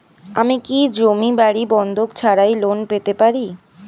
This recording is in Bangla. আমি কি জমি বাড়ি বন্ধক ছাড়াই লোন পেতে পারি?